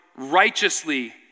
righteously